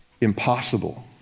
impossible